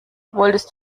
wolltest